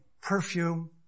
perfume